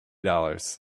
dollars